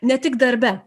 ne tik darbe